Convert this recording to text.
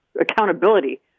accountability